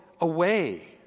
away